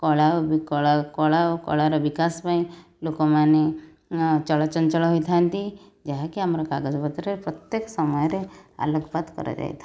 କଳା ଓ କଳା କଳା ଓ କଳାର ବିକାଶ ପାଇଁ ଲୋକମାନେ ଚଳଚଞ୍ଚଳ ହୋଇଥାନ୍ତି ଯାହାକି ଆମର କାଗଜପତ୍ରରେ ପ୍ରତ୍ୟେକ ସମୟରେ ଆଲୋକପାତ କରାଯାଇଥାଏ